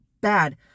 bad